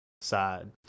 side